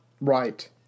right